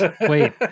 wait